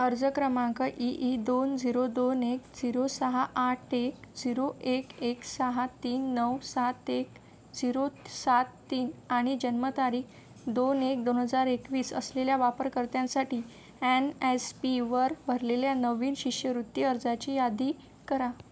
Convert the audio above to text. अर्ज क्रमांक E E दोन झिरो दोन एक झिरो सहा आठ एक झिरो एक एक सहा तीन नऊ सात एक झिरो सात तीन आणि जन्मतारीख दोन एक दोन हजार एकवीस असलेल्या वापरकर्त्यांसाठी एन एस पीवर भरलेल्या नवीन शिष्यवृत्ती अर्जाची यादी करा